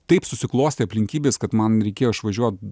taip susiklostė aplinkybės kad man reikėjo išvažiuot